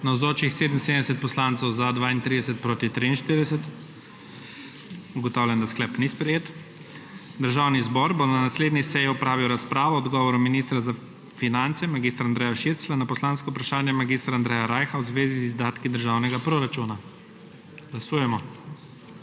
43. (Za je glasovalo 32.) (Proti 43.) Ugotavljam, da sklep ni sprejet. Državni zbor bo na naslednji seji opravil razpravo o odgovoru ministra za finance mag. Andreja Širclja na poslansko vprašanje mag. Andreja Rajha v zvezi z izdatki državnega proračuna. Glasujemo.